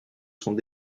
sont